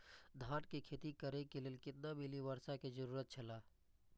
धान के खेती करे के लेल कितना मिली वर्षा के जरूरत छला?